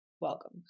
welcome